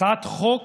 הצעת חוק